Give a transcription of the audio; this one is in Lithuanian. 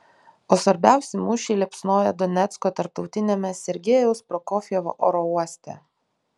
o svarbiausi mūšiai liepsnoja donecko tarptautiniame sergejaus prokofjevo oro uoste